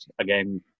again